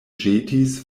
ĵetis